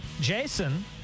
Jason